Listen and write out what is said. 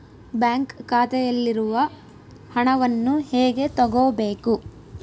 Bank ಖಾತೆಯಲ್ಲಿರುವ ಹಣವನ್ನು ಹೇಗೆ ತಗೋಬೇಕು?